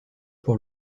pour